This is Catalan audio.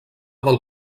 del